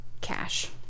cash